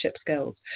skills